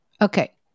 okay